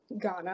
Ghana